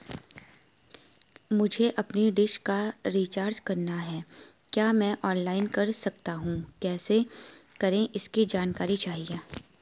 मुझे अपनी डिश का रिचार्ज करना है क्या मैं ऑनलाइन कर सकता हूँ कैसे करें इसकी जानकारी चाहिए?